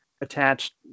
Attached